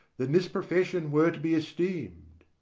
then this profession were to be esteem'd.